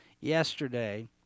yesterday